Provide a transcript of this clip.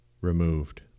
removed